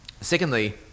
Secondly